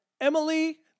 Emily